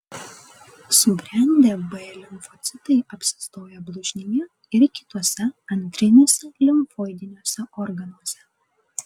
subrendę b limfocitai apsistoja blužnyje ir kituose antriniuose limfoidiniuose organuose